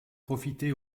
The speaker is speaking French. profité